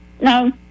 no